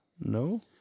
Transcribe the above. No